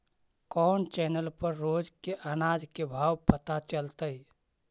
कोन चैनल पर रोज के अनाज के भाव पता चलतै?